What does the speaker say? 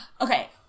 Okay